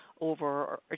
over